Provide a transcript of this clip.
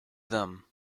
them